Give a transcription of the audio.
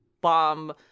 bomb